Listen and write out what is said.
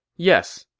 yes,